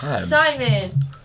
Simon